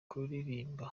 kuririmba